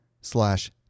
slash